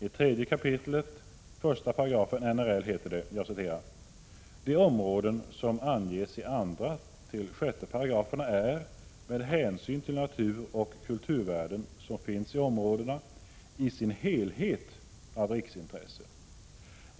I 3 kap. 1 § NRL heter det: ”De områden som anges i 2-6 §§ är, med hänsyn till naturoch kulturvärden som finns i områdena, i sin helhet av riksintresse.